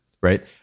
right